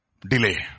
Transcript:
delay